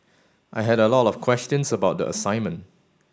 I had a lot of questions about the assignment